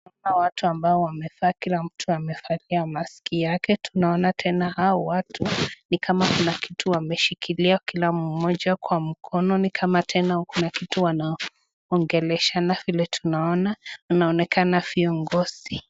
Hawa watu wamekaa kila mtu amevalia maski yake, tunaona tena hawa watu ni kama kuna kitu ameshikilia kila mtu, kila moja kwa mkono naona tena kuna kitu wanaongeleshana, naona inaonekana viongozi.